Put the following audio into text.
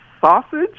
Sausage